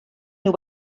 nhw